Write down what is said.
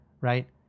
right